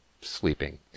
sleeping